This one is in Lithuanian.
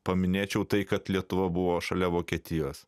paminėčiau tai kad lietuva buvo šalia vokietijos